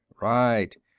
Right